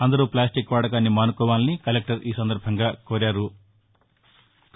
అందరూ ప్లాస్టిక్ వాడకాన్ని మానుకోవాలని కలెక్టర్ కోరారు